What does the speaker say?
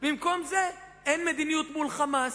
במקום זה אין מדיניות מול "חמאס".